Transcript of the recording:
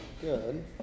good